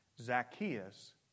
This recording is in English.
Zacchaeus